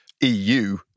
EU